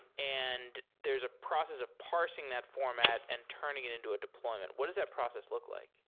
and there's a process of parsing that format and turning it into a deployment. what does that process look like?